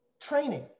training